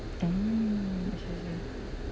mm okay okay